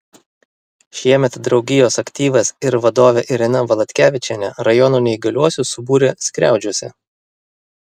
šiemet draugijos aktyvas ir vadovė irena valatkevičienė rajono neįgaliuosius subūrė skriaudžiuose